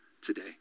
today